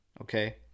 Okay